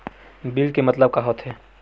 Bill के मतलब का होथे?